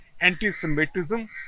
anti-Semitism